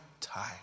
time